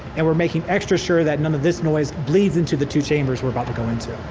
and we're making extra sure that none of this noise bleeds into the two chambers we're about to go into